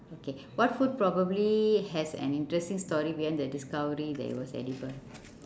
okay what food probably has an interesting story behind the discovery that it was edible